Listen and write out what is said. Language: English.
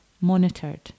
monitored